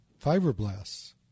Fibroblasts